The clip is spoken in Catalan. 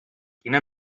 quina